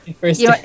first